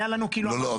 לא, לא.